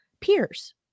peers